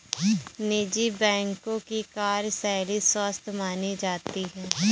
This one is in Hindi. निजी बैंकों की कार्यशैली स्वस्थ मानी जाती है